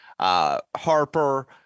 Harper